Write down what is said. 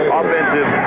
offensive